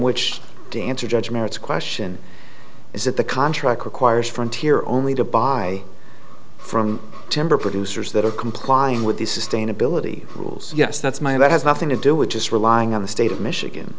which to answer judgments question is that the contract requires frontier only to buy from timber producers that are complying with the sustainability rules yes that's my that has nothing to do with just relying on the state of michigan